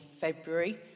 February